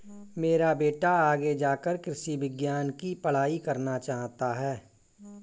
मेरा बेटा आगे जाकर कृषि विज्ञान की पढ़ाई करना चाहता हैं